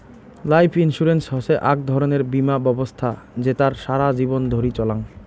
life insurance হসে আক ধরণের বীমা ব্যবছস্থা জেতার সারা জীবন ধরি চলাঙ